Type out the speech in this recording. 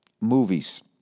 Movies